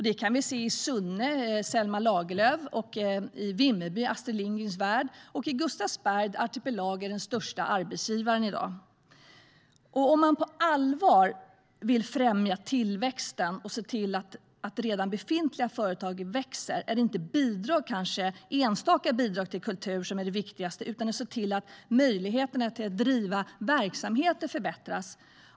Det kan vi se i Sunne med Selma Lagerlöfs hem, i Vimmerby med Astrid Lindgrens Värld, och i Gustavsberg där Artipelag i dag är den största arbetsgivaren. Om man på allvar vill främja tillväxten och se till att redan befintliga företag växer är det kanske inte enstaka bidrag till kultur som är det viktigaste utan att se till att möjligheterna att driva verksamheter förbättras.